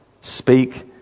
speak